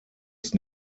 ist